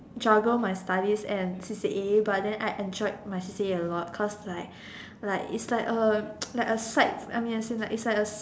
juggle my studies and C_C_A but then I enjoyed my C_C_A A lot cause like like it's like a like a side I mean as in it's like A